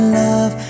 love